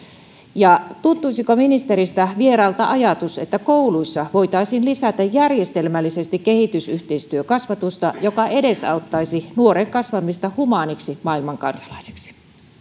ja tuntuisiko ministeristä vieraalta ajatus että kouluissa voitaisiin lisätä järjestelmällisesti kehitysyhteistyökasvatusta joka edesauttaisi nuoren kasvamista humaaniksi maailmankansalaiseksi